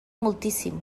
moltíssim